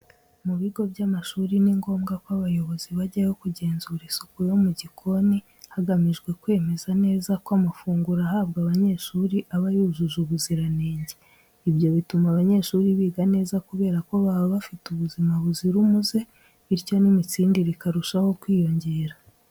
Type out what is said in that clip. Mu bigo by'amashuri ni ngombwa ko abayobozi bajyayo kugenzura isuku yo mu gikoni, hagamijwe kwemeza neza ko amafunguro ahabwa abanyeshuri aba yujuje ubuziranenge. Ibyo bituma abanyeshuri biga neza kubera ko baba bafite ubuzima buzira umuze, bityo n'imitsindire ikarushaho kwiyongera.